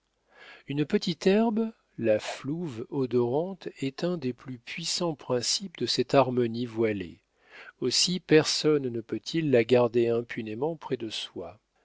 une petite herbe la flouve odorante est un des plus puissants principes de cette harmonie voilée aussi personne ne peut-il la garder impunément près de soi